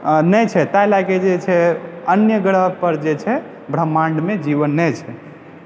नहि छै तै लऽ कऽ जे छै अन्य ग्रह पर जे छै ब्रह्माण्ड मे जीवन नहि छै